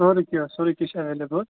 سورُے کیٚنٛہہ سورُے کیٚنٛہہ چھُ ایٚویلیبِل